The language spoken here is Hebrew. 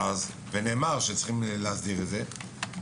ונאמר שצריכים להסדיר את זה.